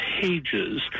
pages